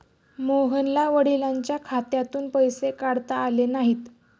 मोहनला वडिलांच्या खात्यातून पैसे काढता आले नाहीत